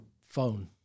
phone